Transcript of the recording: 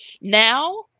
now